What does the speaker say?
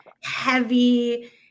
heavy